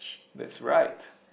that's right